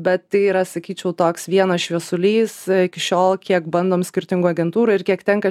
bet tai yra sakyčiau toks vienas šviesulys iki šiol kiek bandom skirtingų agentūrų ir kiek tenka